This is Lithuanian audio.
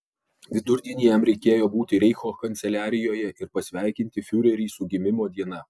vidurdienį jam reikėjo būti reicho kanceliarijoje ir pasveikinti fiurerį su gimimo diena